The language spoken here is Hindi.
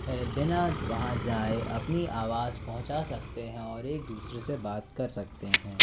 बिना वहाँ जाए अपनी आवाज पहुँचा सकते हैं और एक दूसरे से बात कर सकते हैं